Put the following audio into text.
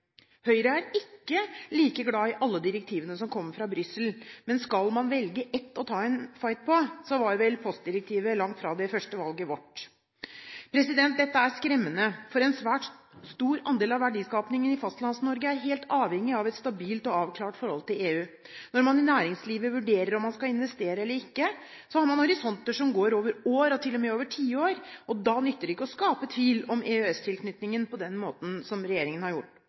Høyre er ikke like glad i alle direktivene som kommer fra Brussel, men skal man velge ett å ta en fight på, så er vel postdirektivet langt fra det første valget vårt. Dette er skremmende, for en svært stor andel av verdiskapningen i Fastlands-Norge er helt avhengig av et stabilt og avklart forhold til EU. Når man i næringslivet vurderer om man skal investere eller ikke, har man horisonter som går over år, og til og med over tiår, og da nytter det ikke å skape tvil om EØS-tilknytningen på den måten som regjeringen har gjort.